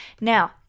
Now